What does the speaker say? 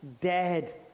dead